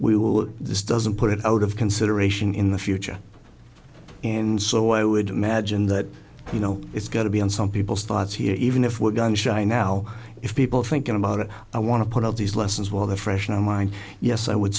we will this doesn't put it out of consideration in the future and so i would imagine that you know it's got to be on some people's thoughts here even if we're gun shy now if people thinking about it i want to put all these lessons while they're fresh in our mind yes i would